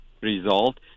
result